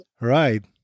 Right